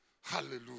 Hallelujah